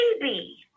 baby